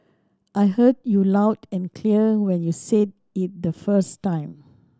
I heard you loud and clear when you said it the first time